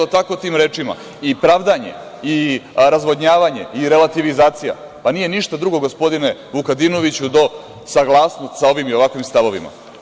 I pravdanje i razvodnjavanje i relativizacija, pa nije ništa drugo, gospodine Vukadinoviću, do saglasnost sa ovim i ovakvim stavovima.